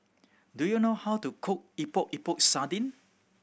do you know how to cook Epok Epok Sardin